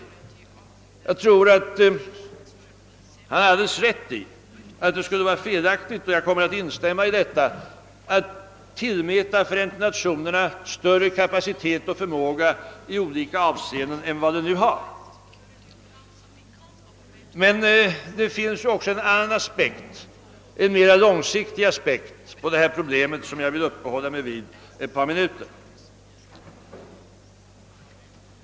Jag tror att han har alldeles rätt i att det skulle vara felaktigt att tillmäta Förenta Nationerna större kapacitet och förmåga i olika avseenden än organisationen nu har. Men det finns en annan mera långsiktig aspekt på detta problem, som jag vill uppehålla mig vid ett par minuter.